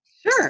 Sure